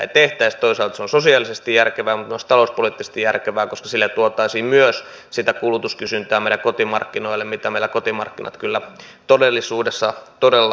toisaalta se on sosiaalisesti järkevää mutta myös talouspoliittisesti järkevää koska sillä tuotaisiin myös sitä kulutuskysyntää meidän kotimarkkinoillemme mitä meillä kotimarkkinat kyllä todellisuudessa todella tarvitsevat